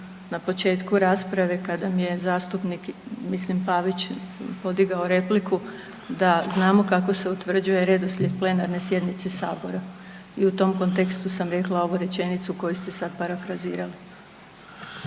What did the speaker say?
na početku rasprave kada mi je zastupnik, mislim Pavić podigao repliku da znamo kako se utvrđuje redoslijed plenarne sjednice Sabora i u tom kontekstu sam rekla ovu rečenicu koju ste sad parafrazirali.